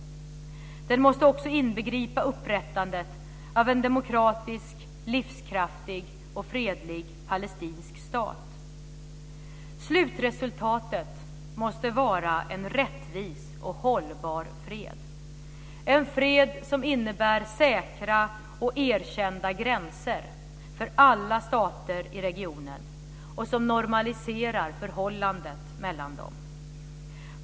Den måste också inbegripa upprättandet av en demokratisk, livskraftig och fredlig palestinsk stat. Slutresultatet måste vara en rättvis och hållbar fred, en fred som innebär säkra och erkända gränser för alla stater i regionen och som normaliserar förhållandet mellan dem.